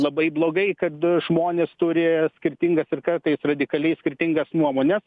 labai blogai kad žmonės turi skirtingas ir kartais radikaliai skirtingas nuomones